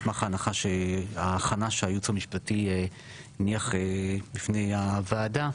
מסמך ההכנה שהיועץ המשפטי הניח בפני הוועדה,